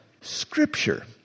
scripture